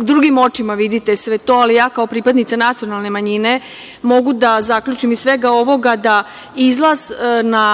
drugim očima vidite sve to, ali ja kao pripadnica nacionalne manjine mogu da zaključim iz svega ovoga da izlaz na